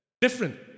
Different